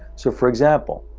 so for example,